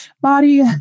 body